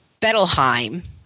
Bettelheim